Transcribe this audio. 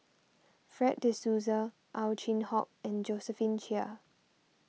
Fred De Souza Ow Chin Hock and Josephine Chia